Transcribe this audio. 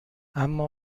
اما